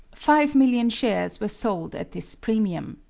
five million shares were sold at this premium.